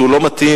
שהוא לא מתאים.